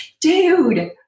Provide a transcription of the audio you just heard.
Dude